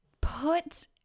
put